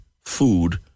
food